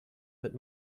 mit